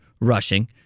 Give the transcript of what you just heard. rushing